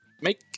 make